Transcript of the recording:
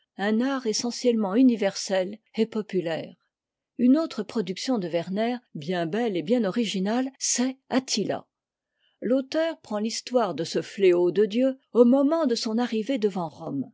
un art essentiellement universel et populaire une autre production de werner bien belle et bien originale c'est attila l'auteur prend l'histoire de ce ëam dieu au moment de son arrivée devant rome